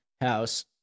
house